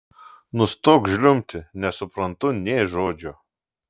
nustok žliumbti nesuprantu nė žodžio